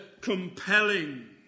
compelling